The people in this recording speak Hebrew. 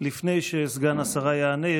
לפני שסגן השרה יענה,